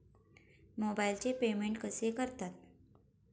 मोबाइलचे पेमेंट कसे करतात?